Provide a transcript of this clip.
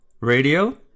Radio